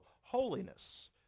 holiness